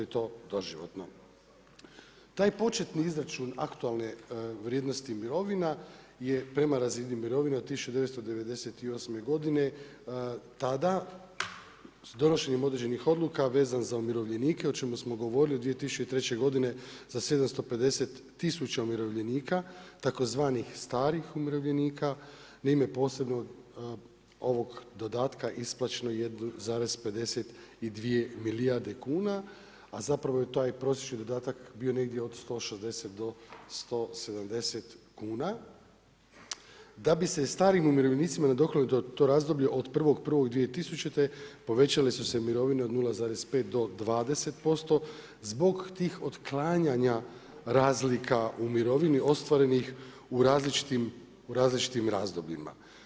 Taj početni izračun aktualne vrijednosti mirovina je prema razini mirovina od 19998. godine tada s donošenjem određenih odluka vezan za umirovljenike o čemu smo govorili od 2003. godine za 750 tisuća umirovljenika tzv. starih umirovljenika na ime posebnog ovog dodatka isplaćeno je … milijarde kuna a zapravo je taj prosječan dodatak bio negdje od 160 do 170 kuna. da bi se starim umirovljenicima nadoknadilo to razdoblje od 01.01.2000. povećale su se mirovine od 0,5 do 20% zbog tih otklanjanja u razlika u mirovini ostvarenih u različitim razdobljima.